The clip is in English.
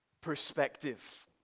perspective